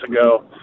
ago